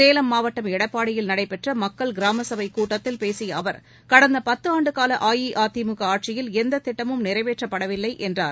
சேலம் மாவட்டம் எடப்பாடியில் நடைபெற்ற மக்கள் கிராமசபை கூட்டத்தில் பேசிய அவர் கடந்த பத்து ஆண்டு கால அஇஅதிமுக ஆட்சியில் எந்த திட்டமும் நிறைவேற்றப்படவில்லை என்றார்